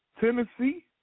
Tennessee